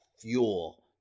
fuel